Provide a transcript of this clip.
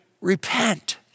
repent